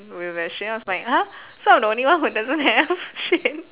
when we're sharing then I was like !huh! so I'm the only one who doesn't have shit